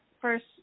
first